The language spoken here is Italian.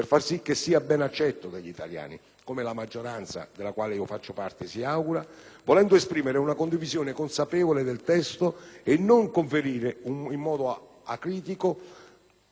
come la maggioranza (della quale io faccio parte) si augura, volendo esprimere una condivisione consapevole del testo e non conferire un mandato acritico, un sì strappato, *obtorto collo*.